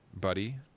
buddy